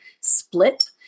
split